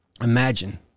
Imagine